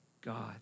God